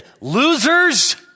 losers